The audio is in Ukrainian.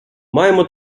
маємо